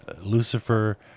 Lucifer